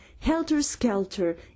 helter-skelter